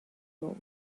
road